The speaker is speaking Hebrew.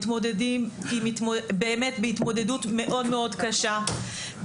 מתמודדים באמת בהתמודדות מאוד מאוד קשה,